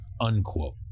unquote